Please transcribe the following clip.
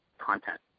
content